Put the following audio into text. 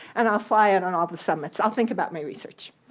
and i'll fly it on all the summits. i'll think about my research.